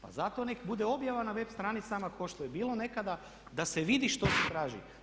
Pa zato nek' bude objava na web stranicama kao što je bilo nekada da se vidi što se traži.